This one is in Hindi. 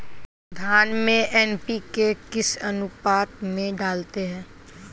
धान में एन.पी.के किस अनुपात में डालते हैं?